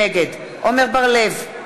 נגד עמר בר-לב,